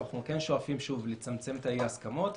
אנחנו שואפים לצמצם את אי ההסכמות.